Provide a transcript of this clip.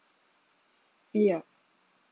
ya